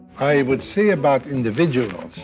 i would say about individuals,